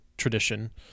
tradition